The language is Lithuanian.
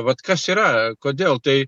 vat kas yra kodėl tai